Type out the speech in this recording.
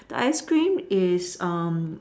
the ice cream is um